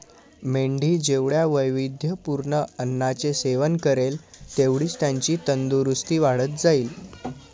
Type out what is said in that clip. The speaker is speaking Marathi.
मेंढी जेवढ्या वैविध्यपूर्ण अन्नाचे सेवन करेल, तेवढीच त्याची तंदुरस्ती वाढत जाईल